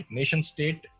nation-state